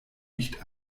nicht